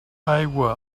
aigua